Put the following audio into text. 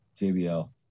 JBL